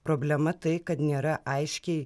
problema tai kad nėra aiškiai